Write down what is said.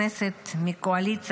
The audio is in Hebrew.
חברי הכנסת מהקואליציה,